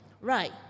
right